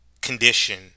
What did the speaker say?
condition